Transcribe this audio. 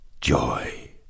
Joy